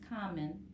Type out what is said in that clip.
common